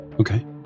Okay